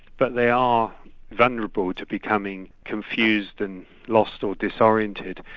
but they are vulnerable to becoming confused and lost or disoriented,